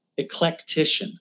eclectician